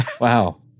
Wow